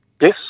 Yes